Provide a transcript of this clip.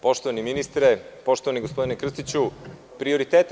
Poštovani ministre, poštovani gospodine Krstiću, prioritete.